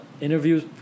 interviews